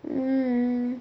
mm